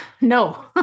No